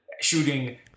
shooting